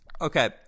Okay